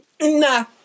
Nah